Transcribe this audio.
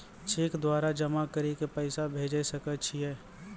Cheque द्वारा जमा करि के पैसा भेजै सकय छियै?